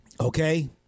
Okay